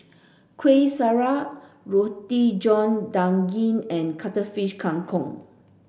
Kueh Syara Roti John Daging and Cuttlefish Kang Kong